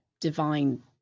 divine